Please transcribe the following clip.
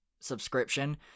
subscription